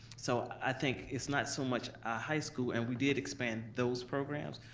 so i think it's not so much ah high school, and we did expand those programs,